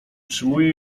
utrzymuje